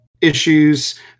issues